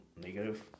negative